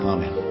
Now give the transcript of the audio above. Amen